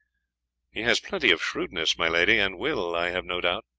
he has plenty of shrewdness, my lady, and will, i have no doubt,